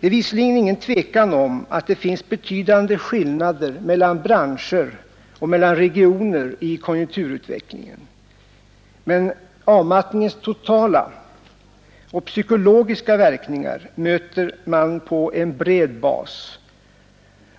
Det är visserligen inget tvivel om att det finns betydande skillnader mellan branscher och mellan regioner i konjunkturutvecklingen, men avmattningens totala och psykologiska verkningar möter man på en bred bas.